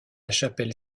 chapelle